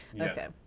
okay